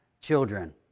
children